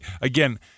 Again